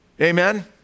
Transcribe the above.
Amen